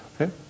okay